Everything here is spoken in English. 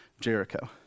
Jericho